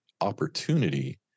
opportunity